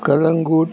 Calangute